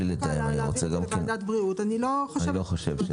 אני לא רוצה בלי לתאם.